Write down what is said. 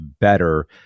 better